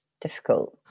difficult